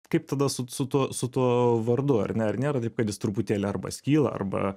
kaip tada su tuo su tuo su tuo vardu ar ne ar nėra taip kad jis truputėlį arba skyla arba